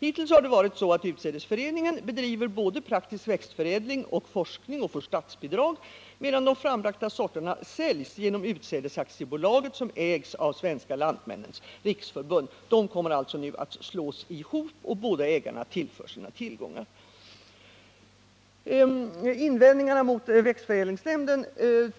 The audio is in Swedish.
Hittills har Utsädesföreningen bedrivit både praktisk växtförädling och forskning och fått statsbidrag härför, medan de frambragta sorterna har sålts genom Utsädesaktiebolaget, som ägs av Svenska lantmännens riksförbund. En sammanslagning kommer nu att ske, och båda ägarna tillför det nybildade bolaget sina tillgångar. Invändningen mot växtförädlingsnämnden torde